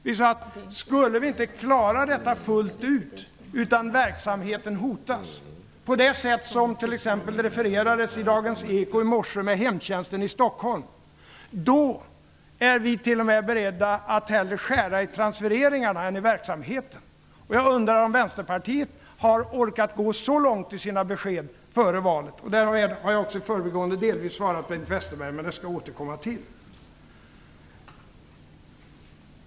Vi sade att skulle vi inte klara detta fullt ut utan verksamheten skulle hotas på det sätt som t.ex. refererades i dagens Morgoneko när det gällde hemtjänsten i Stockholm, är vi t.o.m. beredda att hellre skära i transfereringarna än i verksamheten. Jag undrar om Vänsterpartiet har orkat gå så långt i sina besked före valet. Därmed har jag också i förbigående delvis svarat Bengt Westerberg, men där återkommer jag.